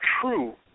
true